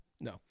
no